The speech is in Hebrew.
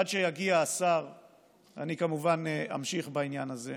עד שיגיע השר אני כמובן אמשיך בעניין הזה,